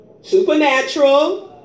Supernatural